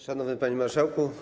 Szanowny Panie Marszałku!